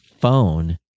phone